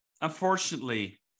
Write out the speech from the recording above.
unfortunately